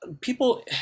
people